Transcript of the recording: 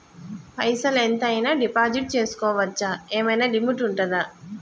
పైసల్ ఎంత అయినా డిపాజిట్ చేస్కోవచ్చా? ఏమైనా లిమిట్ ఉంటదా?